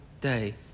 day